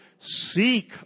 Seek